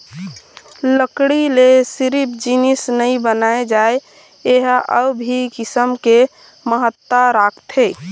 लकड़ी ले सिरिफ जिनिस नइ बनाए जाए ए ह अउ भी किसम ले महत्ता राखथे